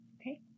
Okay